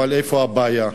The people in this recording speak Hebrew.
איפה הבעיה?